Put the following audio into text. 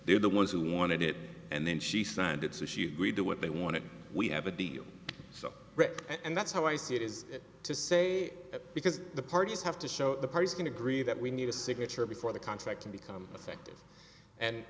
they're the ones who wanted it and then she signed it so she agreed to what they wanted we have a deal so and that's how i see it is to say because the parties have to show that the parties can agree that we need a signature before the contract to become effective and